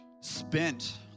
spent